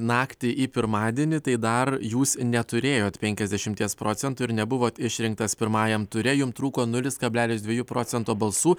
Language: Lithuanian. naktį į pirmadienį tai dar jūs neturėjot penkiasdešimties procentų ir nebuvot išrinktas pirmajam ture jums trūko nulis kablelis dviejų procento balsų